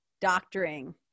doctoring